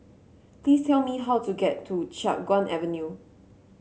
please tell me how to get to Chiap Guan Avenue